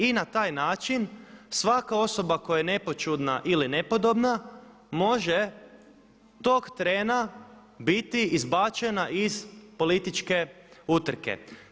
I na taj način svaka osoba koja je nepoćudna ili nepodobna može tog trena biti izbačena iz političke utrke.